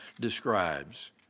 describes